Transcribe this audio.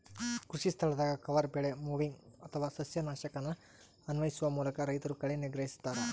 ಕೃಷಿಸ್ಥಳದಾಗ ಕವರ್ ಬೆಳೆ ಮೊವಿಂಗ್ ಅಥವಾ ಸಸ್ಯನಾಶಕನ ಅನ್ವಯಿಸುವ ಮೂಲಕ ರೈತರು ಕಳೆ ನಿಗ್ರಹಿಸ್ತರ